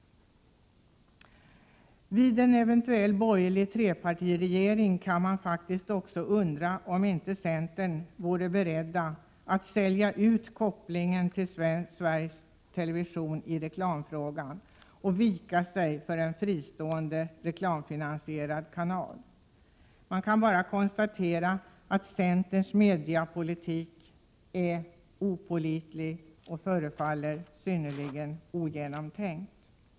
Man kan faktiskt också undra om inte centern i en eventuell borgerlig trepartiregering skulle vara beredd att sälja ut kopplingen till svensk television i reklamfrågan och vika sig för en fristående reklamfinansierad kanal. Det kan konstateras att centerns mediapolitik är opålitlig och förefaller synnerligen ogenomtänkt.